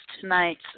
tonight